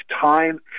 time